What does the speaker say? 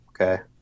okay